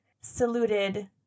saluted